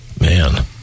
Man